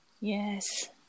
Yes